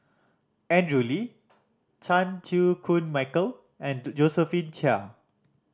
Andrew Lee Chan Chew Koon Michael and Josephine Chia